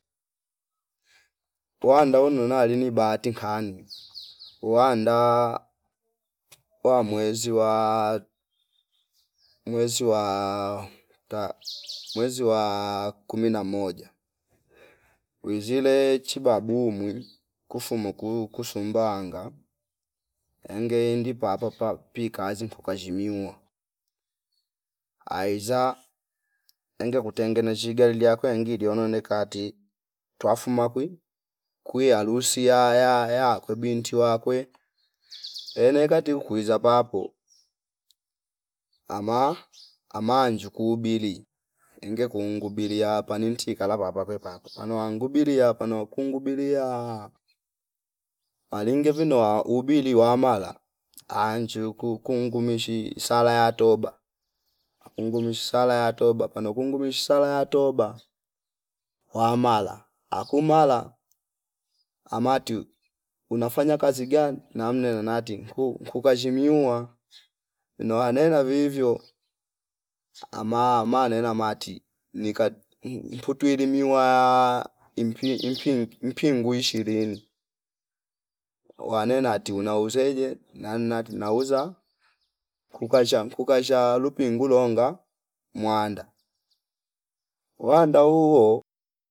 Wa ndaunu nonali lini bati kani wanda wamwezi waa mwezi waa ta mwezi waa kumi na moja wizile chibamumwi kufumo kuu kusumbawanga engeindi papo pa pi kazi khuka zshimiwa aiza enge kutengene zshi galii liaki kwengidi liono le kati twafuma kwi kwi harusi ya- ya- ya- yakwe binti wakwe ene kati ukuwiza papo ama amanju kubili enge kuungu bilia panti kala papa pakwe papa pano wangubilia pano wakungu biliaa alinge vino wa ubili wamala anjuu kuuku ungumishi sala ya toba akungumishi sala ya toba pano kungumishi sala ya toba wamala akumala amatyu unafanya kazi gani namne nanati kuu- kuuka zshimiuwa nowa nena vivyo ama- amanena mati nika pmwu twilu miwaa impi- impi- mpingwi ishirini wane nati unauzaje na- nanti nauza kukasha kukashaza alupingu longa mwanda wanda huo